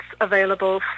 available